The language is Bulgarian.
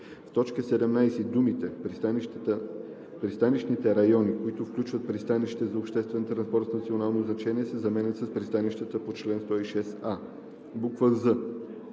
в т. 17 думите „пристанищните райони, които включват пристанище за обществен транспорт с национално значение“ се заменят с „пристанищата по чл. 106а“; з) в т.